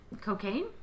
cocaine